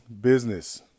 business